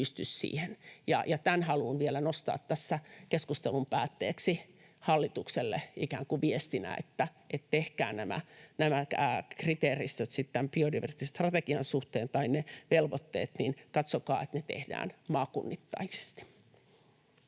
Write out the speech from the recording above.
tämän haluan vielä nostaa tässä keskustelun päätteeksi hallitukselle ikään kuin viestinä, että tehkää nämä kriteeristöt tai velvoitteet biodiversiteettistrategian suhteen niin, että katsokaa, että ne tehdään maakunnittaisesti.